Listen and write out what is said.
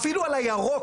אפילו על הירוק,